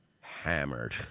hammered